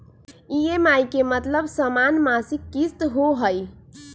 EMI के मतलब समान मासिक किस्त होहई?